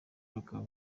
bakaba